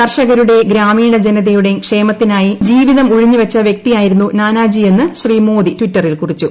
കർഷകരുടെ ഗ്രാമീണ ജനതയുടെ ക്ഷേമത്തിനായി ജഠീവിതം ഉഴിഞ്ഞുവച്ച വൃക്തിയായിരുന്നു നാനാജിയെന്ന് ശ്രീ മോദി ട്വിറ്ററിൽ കുറിച്ചു